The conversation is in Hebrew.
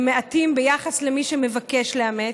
הם מעטים ביחס למי שמבקש לאמץ.